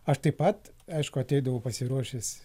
aš taip pat aišku ateidavau pasiruošęs